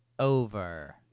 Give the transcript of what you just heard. Over